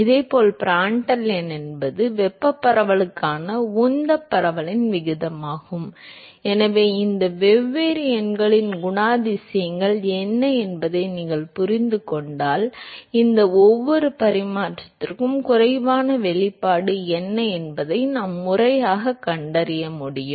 இதேபோல் பிராண்டல் எண் என்பது வெப்பப் பரவலுக்கான உந்தப் பரவலின் விகிதமாகும் எனவே இந்த வெவ்வேறு எண்களின் குணாதிசயங்கள் என்ன என்பதை நீங்கள் புரிந்து கொண்டால் இந்த ஒவ்வொரு பரிமாணத்திற்கும் குறைவான வெளிப்பாடு என்ன என்பதை நாம் முறையாகக் கண்டறிய முடியும்